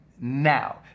now